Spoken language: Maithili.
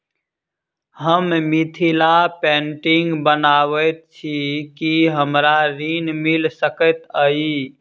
हम मिथिला पेंटिग बनाबैत छी की हमरा ऋण मिल सकैत अई?